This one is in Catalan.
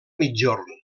migjorn